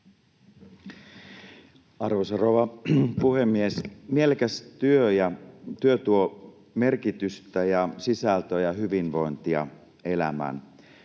Arvoisa rouva puhemies! Mielekäs työ tuo merkitystä ja sisältöä ja hyvinvointia elämään.